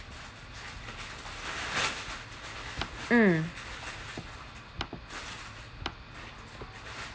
mm